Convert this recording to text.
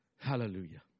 Hallelujah